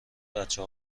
بچه